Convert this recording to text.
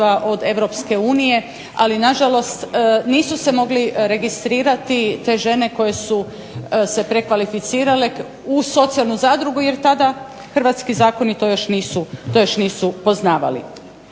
od Europske unije, ali na žalost nisu se mogli registrirati te žene koje su se prekvalificirale u socijalnu zadrugu, jer tada hrvatski zakoni to još nisu poznavali.